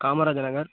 Kamarajar Nagar